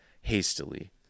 hastily